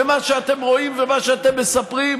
ומה שאתם רואים ומה שאתם מספרים,